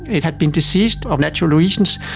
it had been deceased of natural reasons,